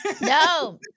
No